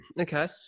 Okay